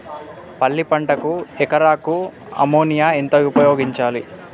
పల్లి పంటకు ఎకరాకు అమోనియా ఎంత ఉపయోగించాలి?